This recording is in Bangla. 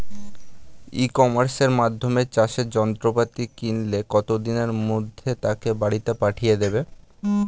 ই কমার্সের মাধ্যমে চাষের যন্ত্রপাতি কিনলে কত দিনের মধ্যে তাকে বাড়ীতে পাঠিয়ে দেবে?